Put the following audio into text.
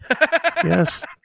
Yes